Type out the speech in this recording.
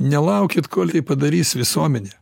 nelaukit kol tai padarys visuomenė